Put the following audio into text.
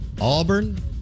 auburn